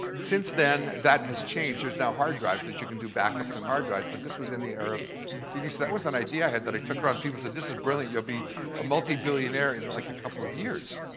since then, that has changed. there's now hard drives, that you can do back ups on and hard drives. but this was in the era of cds. that was an idea i had that i took around. people said, this is brilliant. you'll be a multi-billionaire in like a couple of years.